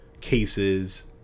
cases